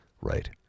Right